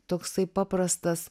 toksai paprastas